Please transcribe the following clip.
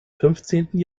fünfzehnten